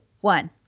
one